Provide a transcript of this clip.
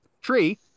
tree